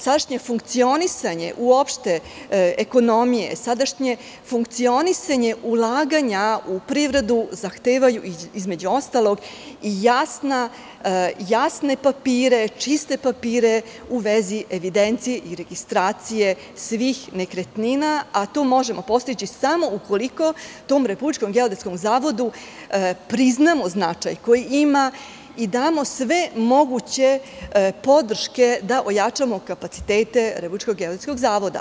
Sadašnje funkcionisanje uopšte ekonomije, sadašnje funkcionisanje ulaganja u privredu zahtevaju, između ostalog, jasne papire, čiste papire u vezi evidencije i registracije svih nekretnina, a to možemo postići samo ukoliko tom Republičkom geodetskom zavodu priznamo značaj koji ima i damo sve moguće podrške da ojačamo kapacitete Republičkog geodetskog zavoda.